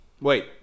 Wait